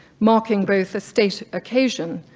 marking both a state occasion,